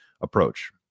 approach